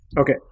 Okay